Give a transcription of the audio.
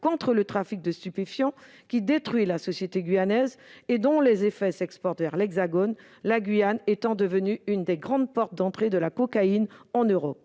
contre le trafic de stupéfiants, qui détruit la société guyanaise et dont les effets s'exportent vers l'Hexagone, la Guyane étant devenue l'une des grandes portes d'entrée de la cocaïne en Europe.